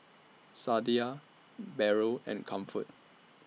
Sadia Barrel and Comfort